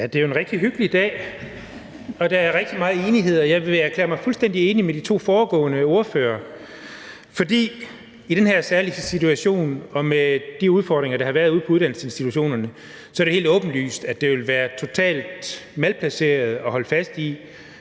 det er jo en rigtig hyggelig dag. Der er rigtig meget enighed, og jeg vil erklære mig fuldstændig enig med de to foregående ordførere, for i den her særlige situation og med de særlige udfordringer, der har været ude på uddannelsesinstitutionerne, er det helt åbenlyst, at det ville være totalt malplaceret at holde fast i,